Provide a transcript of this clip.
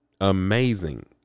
amazing